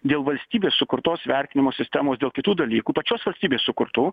dėl valstybės sukurtos vertinimo sistemos dėl kitų dalykų pačios valstybės sukurtų